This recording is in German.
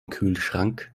kühlschrank